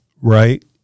Right